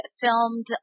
filmed